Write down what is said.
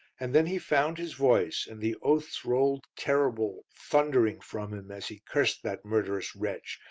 and then he found his voice, and the oaths rolled terrible, thundering from him, as he cursed that murderous wretch,